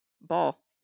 ball